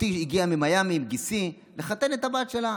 אחותי הגיעה ממיאמי עם גיסי לחתן את הבת שלה.